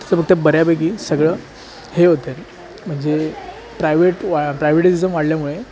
आत्ताचं बघता बऱ्यापैकी सगळं हे होत आहे म्हणजे प्रायवेट वा प्रायव्हेटिजम वाढल्यामुळे